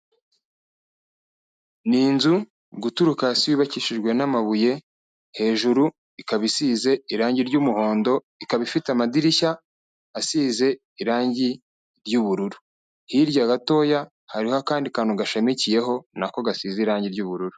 Ni inzu guturuka hasi yubakishijwe n'amabuye, hejuru ikaba isize irangi ry'umuhondo, ikaba ifite amadirishya asize irangi ry'ubururu. Hirya gatoya hariho akandi kantu gashamikiyeho nako gasize irangi ry'ubururu.